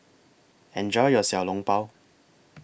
Enjoy your Xiao Long Bao